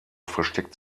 versteckt